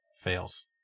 fails